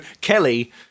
kelly